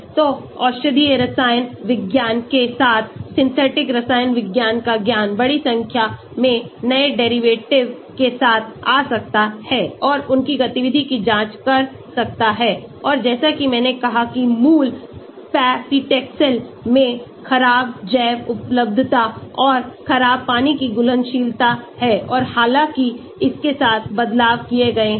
तो औषधीय रसायन विज्ञान के साथ सिंथेटिक रसायन विज्ञान का ज्ञान बड़ी संख्या में नए डेरिवेटिव के साथ आ सकता है और उनकी गतिविधि की जांच कर सकता है और जैसा कि मैंने कहा कि मूल paclitaxel में खराब जैव उपलब्धता और खराब पानी की घुलनशीलता है और हालांकि इसके साथ बदलाव किए गए हैं